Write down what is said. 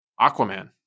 Aquaman